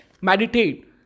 Meditate